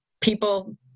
people